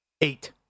Eight